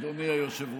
אדוני היושב-ראש.